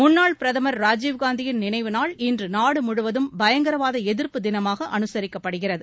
முன்னாள் பிரதமர் ராஜீவ்காந்தியின் நினைவு நாள் இன்று நாடு முழுவதும் பயங்கரவாத எதிர்ப்பு தினமாக அனுசரிக்கப்படுகிறது